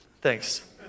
thanks